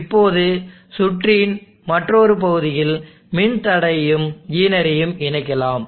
இப்போது சுற்றின் மற்றொரு பகுதியில் மின் தடையையும் ஜீனரையும் இணைக்கலாம்